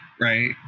right